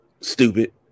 stupid